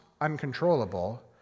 uncontrollable